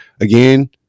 Again